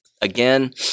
Again